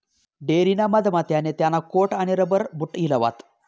dairy ना मधमा त्याने त्याना कोट आणि रबर बूट हिलावात